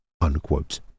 unquote